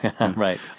Right